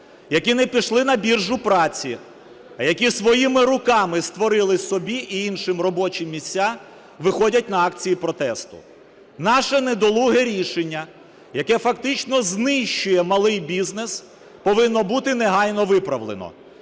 які не пішли на біржу праці, а які своїми руками створили собі і іншим робочі місця, виходять на акції протесту. Наше недолуге рішення, яке фактично знищує малий бізнес, повинно бути негайно виправлено.